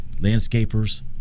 landscapers